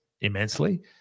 immensely